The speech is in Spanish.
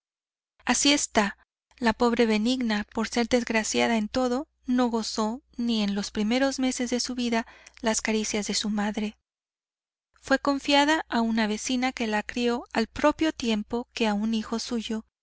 así esta la pobre benigna por ser desgraciada en todo no gozó ni en los primeros meses de su vida las caricias de su madre fue confiada a una vecina que la crió al propio tiempo que a un hijo suyo